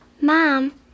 Mom